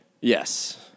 Yes